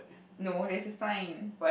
no there's a sign